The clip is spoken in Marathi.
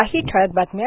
काही ठळक बातम्या